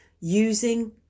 Using